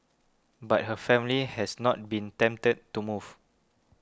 but her family has not been tempted to move